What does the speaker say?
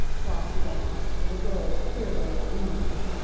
flossie asked, with a girl's queer way of reasoning.